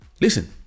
Listen